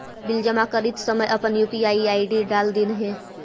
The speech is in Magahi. बिल जमा करित समय अपन यू.पी.आई आई.डी डाल दिन्हें